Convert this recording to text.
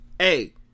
Hey